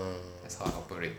err